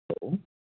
hello